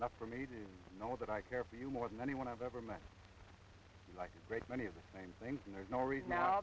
enough for me to know that i care for you more than anyone i've ever met like a great many of the same thinking there's no read now